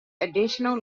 additional